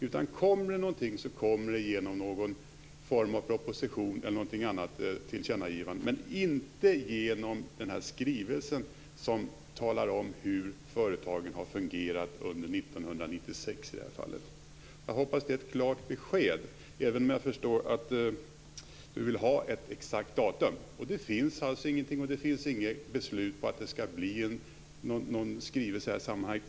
Om det kommer någonting så kommer det i form av en proposition eller ett tillkännagivande, men inte genom denna skrivelse, som talar om hur företagen har fungerat, i detta fall under 1996. Jag hoppas att det är ett klart besked, även om jag förstår att Göran Hägglund vill ha ett exakt datum. Det finns alltså ingenting, och det finns inte något beslut om att det skall bli någon skrivelse i det här sammanhanget.